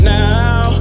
now